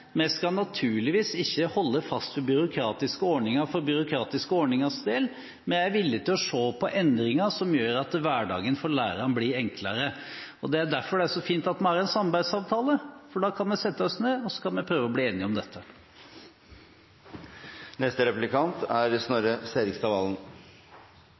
Vi skal naturligvis ikke holde fast ved byråkratiske ordninger for byråkratiske ordningers del. Vi er villige til å se på endringer som gjør at hverdagen for lærerne blir enklere. Det er derfor det er så fint at vi har en samarbeidsavtale, for da kan vi sette oss ned og prøve å bli enige om dette. Representanten Helleland snakket om at vi ikke skal mistenkeliggjøre hverandres motiver og verdier. Det er